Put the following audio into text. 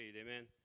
amen